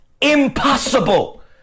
impossible